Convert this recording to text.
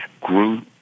grew